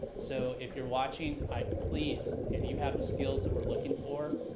so if you're watching i please, and you have the skills that we're looking for,